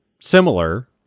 similar